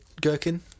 gherkin